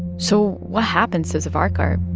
so what happens to savarkar?